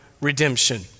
redemption